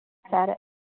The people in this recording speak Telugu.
సరే